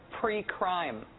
Pre-Crime